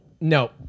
No